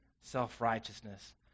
self-righteousness